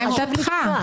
מה עמדתך?